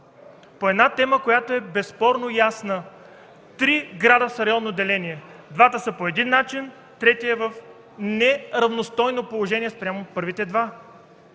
по една тема, която е безспорно ясна. Три града са с районно деление – двата са по един начин, третият е в неравностойно положение спрямо първите два.